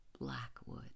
Blackwood